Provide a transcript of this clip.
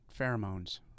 pheromones